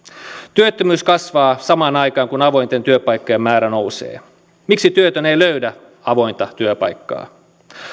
työttömyys kasvaa samaan aikaan kun avointen työpaikkojen määrä nousee miksi työtön ei löydä avointa työpaikkaa